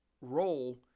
role